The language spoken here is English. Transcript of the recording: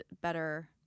better